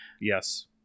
Yes